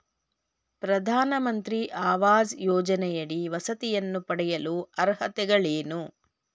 ಪ್ರಧಾನಮಂತ್ರಿ ಆವಾಸ್ ಯೋಜನೆಯಡಿ ವಸತಿಯನ್ನು ಪಡೆಯಲು ಅರ್ಹತೆಗಳೇನು?